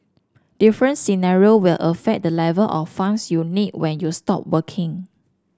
different scenarios will affect the level of funds you need when you stop working